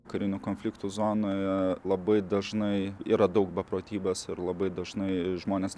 karinio konflikto zonoje labai dažnai yra daug beprotybės ir labai dažnai žmonės